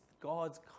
God's